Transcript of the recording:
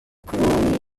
cruni